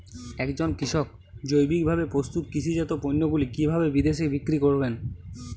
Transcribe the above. একজন কৃষক জৈবিকভাবে প্রস্তুত কৃষিজাত পণ্যগুলি কিভাবে বিদেশে বিক্রি করবেন?